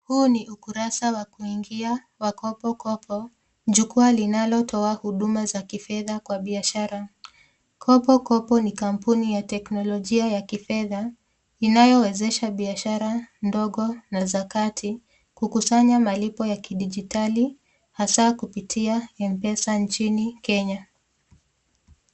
Huu ni ukurasa wa kuingia wa Kopokopo, jukwaa linalotoa huduma za kifedha kwa biashara. Kopokopo ni kampuni ya teknolojia ya kifedha inayowezesha biashara ndogo na za kati kukusanya malipo ya kidijitali hasa kupitia m-pesa nchini Kenya.